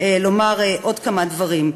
לומר עוד כמה דברים.